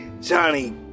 Johnny